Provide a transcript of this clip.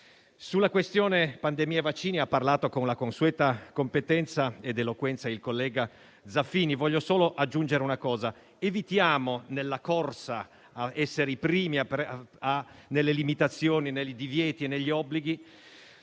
Sulla questione pandemia e vaccini, ha parlato con la consueta competenza ed eloquenza il senatore Zaffini; voglio solo aggiungere l'esortazione ad evitare, nella corsa ad essere i primi nelle limitazioni, nei divieti e negli obblighi,